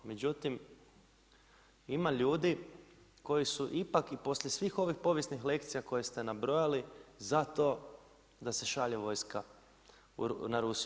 Međutim, ima ljudi koji su ipak i poslije svih ovih povijesnih lekcija koje ste nabrojali za to da se šalje vojska na Rusiju.